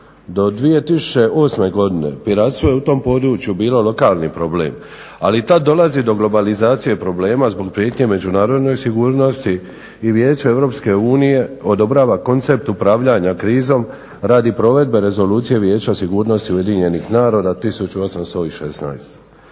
Do 2008. godine piratstvo je u tom području bilo lokani problem, ali tada dolazi do globalizacije problema zbog prijetnje međunarodnoj sigurnosti i Vijeće EU odobrava koncept upravljanja krizom radi provedbe Rezolucije Vijeća sigurnosti UN-a 1816.